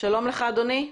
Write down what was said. שלום לך, אדוני.